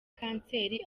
kanseri